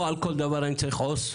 לא על כל דבר אני צריך עו"ס,